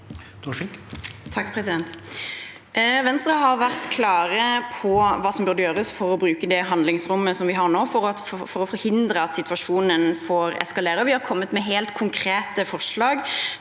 Venstre har vært klare på hva som burde gjøres for å bruke det handlingsrommet som vi har nå for å forhindre at situasjonen får eskalere. Vi har kommet med helt konkrete forslag